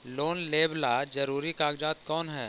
Loan लेब ला जरूरी कागजात कोन है?